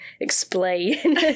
explain